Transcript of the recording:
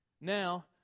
now